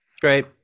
Great